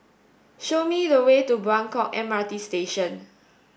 show me the way to Buangkok M R T Station